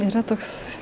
yra toks